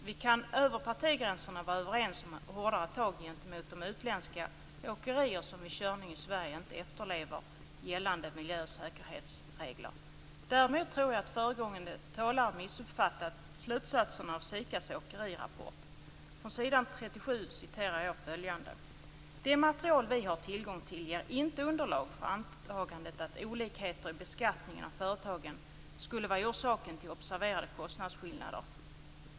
Vi kan vara överens över partigränserna om hårdare tag gentemot de utländska åkerier som vid körning i Sverige inte efterlever gällande miljö och säkerhetsregler. Däremot tror jag att föregående talare missuppfattat slutsatserna av SIKA:s åkerirapport. Jag citerar följande från s. 37: "Det material vi har tillgång till ger inte underlag för antagandet att olikheter i beskattningen av företagen skulle vara orsaken till observerade kostnadsskillnader.